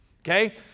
okay